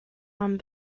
one